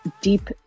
deep